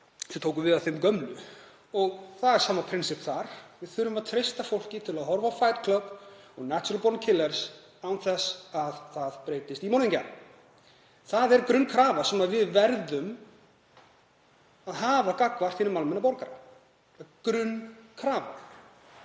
sem tóku við af þeim gömlu og það er sama prinsipp þar. Við þurfum að treysta fólki til að horfa á Fight Club og Natural Born Killers án þess að breytast í morðingja. Það er grunnkrafa sem við verðum að hafa gagnvart hinum almenna borgara. Það er grunnkrafa.